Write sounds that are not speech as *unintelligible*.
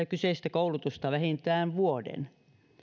*unintelligible* kyseistä koulutusta vähintään vuoden